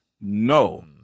No